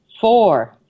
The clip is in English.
Four